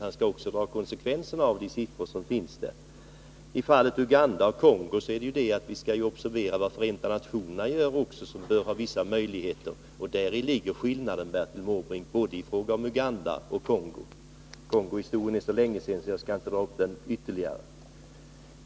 Han skall också dra konsekvenserna av siffrorna i betänkandet. När det gäller Ugandaoch Kongofallen kan jag påpeka att vi observerar vad Förenta nationerna — som ju har stora resurser till sitt förfogande — gör. Däri ligger skillnaden, Bertil Måbrink, i fråga om både Uganda och Kongo. Kongohistorien hände för så länge sedan att jag inte skall dra upp den ytterligare.